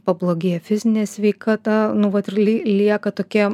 pablogėja fizinė sveikata nu vat ir lieka tokie